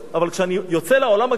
אבל כשאני יוצא לעולם הגדול,